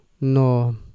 no